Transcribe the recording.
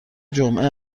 جمعه